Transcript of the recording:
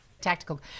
tactical